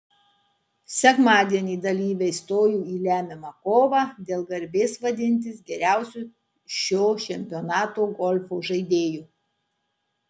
sekmadienį dalyviai stojo į lemiamą kovą dėl garbės vadintis geriausiu šio čempionato golfo žaidėju